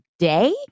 Day